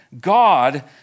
God